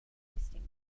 unhasting